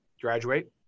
graduate